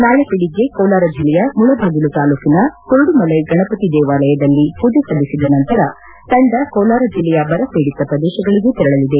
ನಾಳೆ ಬೆಳಗ್ಗೆ ಕೋಲಾರ ಜಿಲ್ಲೆಯ ಮುಳಬಾಗಿಲು ತಾಲೂಕಿನ ಕುರುಡುಮಲೈ ಗಣಪತಿ ದೇವಾಲಯದಲ್ಲಿ ಪೂಜೆಸಲ್ಲಿಸಿದ ನಂತರ ತಂಡ ಕೋಲಾರ ಜಿಲ್ಲೆಯ ಬರ ಪೀಡಿತ ಶ್ರದೇಶಗಳಿಗೆ ತೆರಳಲಿದೆ